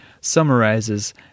summarizes